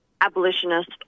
abolitionist